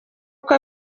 kuko